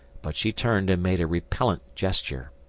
but she turned and made a repellent gesture,